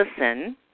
listen